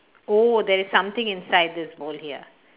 oh there is something inside this bowl here